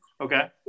Okay